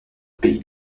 pays